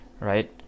right